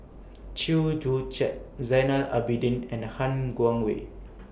Chew Joo Chiat Zainal Abidin and Han Guangwei